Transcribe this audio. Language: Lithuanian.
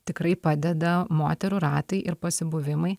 tikrai padeda moterų ratai ir pasibuvimai